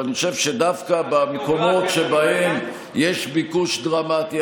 ואני חושב שדווקא במקומות שבהם יש ביקוש דרמטי,